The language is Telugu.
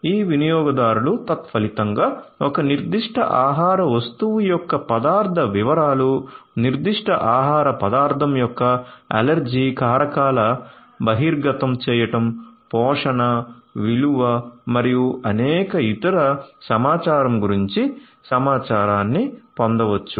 ఈ వినియోగదారులు తత్ఫలితంగా ఒక నిర్దిష్ట ఆహార వస్తువు యొక్క పదార్ధ వివరాలు నిర్దిష్ట ఆహార పదార్థం యొక్క అలెర్జీ కారకాల బహిర్గతం చేయటం పోషణ విలువ మరియు అనేక ఇతర సమాచారం గురించి సమాచారాన్ని పొందవచ్చు